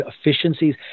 efficiencies